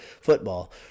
Football